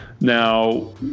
Now